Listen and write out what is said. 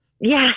Yes